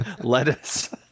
Lettuce